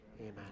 Amen